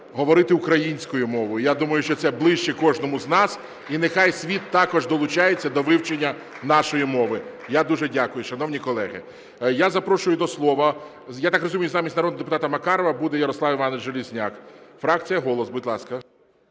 говорити українською мовою, я думаю, що це ближче кожному з нас і нехай світ також долучається до вивчення нашої мови. Я дуже дякую, шановні колеги. Я запрошую до слова, я так розумію, замість народного депутата Макарова буде Ярослав Іванович Железняк, фракція "Голос", будь ласка.